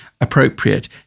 appropriate